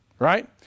right